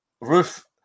roof